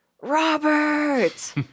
Robert